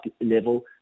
level